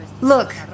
Look